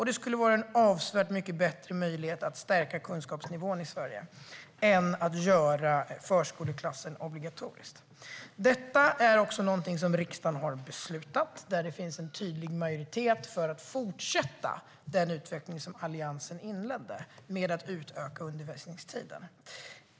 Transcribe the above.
Det skulle vara en avsevärt mycket bättre möjlighet att stärka kunskapsnivån i Sverige än att göra förskoleklassen obligatorisk. Detta är också någonting som riksdagen har beslutat. Det finns en tydlig majoritet för att fortsätta den utveckling som Alliansen inledde med att utöka undervisningstiden.